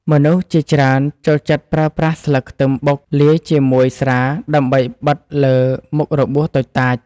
មនុស្សជាច្រើនចូលចិត្តប្រើប្រាស់ស្លឹកខ្ទឹមបុកលាយជាមួយស្រាដើម្បីបិទលើមុខរបួសតូចតាច។